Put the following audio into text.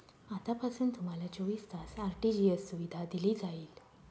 आतापासून तुम्हाला चोवीस तास आर.टी.जी.एस सुविधा दिली जाईल